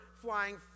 flying